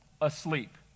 asleep